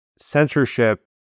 censorship